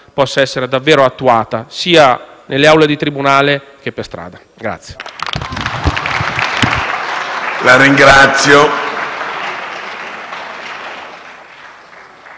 possa essere attuata sia nelle aule di tribunale che per strada.